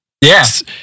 yes